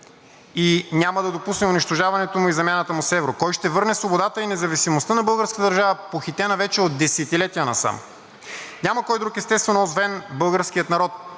и няма да допусне унищожаването му и замяната му с евро? Кой ще върне свободата и независимостта на българската държава, похитена вече от десетилетия насам? Няма кой друг, естествено, освен българския народ,